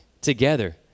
together